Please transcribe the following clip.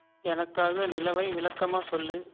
எனக்காக நிலவை விளக்கமாக சொல்